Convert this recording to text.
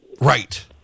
Right